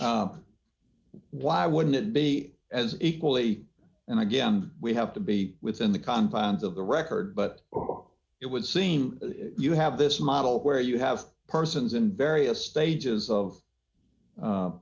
why wouldn't it be as equally and again we have to be within the confines of the record but it would seem you have this model where you have persons in various